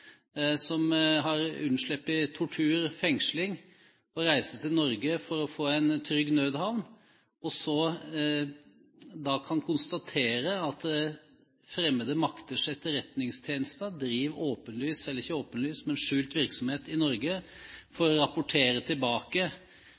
flukt, som har unnsluppet tortur og fengsling og reiser til Norge for å få en trygg nødhavn, men da kan konstatere at fremmede makters etterretningstjenester driver skjult virksomhet i Norge